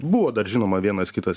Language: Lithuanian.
buvo dar žinoma vienas kitas